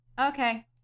Okay